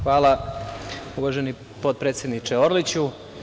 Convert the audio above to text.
Hvala uvaženi potpredsedniče Orliću.